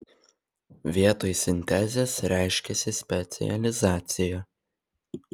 vietoj sintezės reiškiasi specializacija